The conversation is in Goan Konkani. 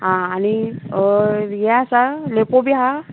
आं आनी हें आसा लेपो बी आहा